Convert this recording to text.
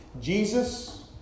Jesus